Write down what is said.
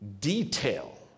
detail